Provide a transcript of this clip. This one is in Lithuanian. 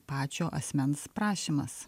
pačio asmens prašymas